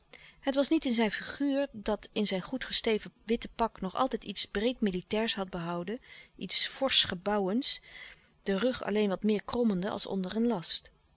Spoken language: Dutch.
het was niet in zijn figuur dat in zijn goed gesteven witte pak nog altijd iets breed militairs had behouden iets forsch gehouwens den rug alleen wat meer krommende als onder een last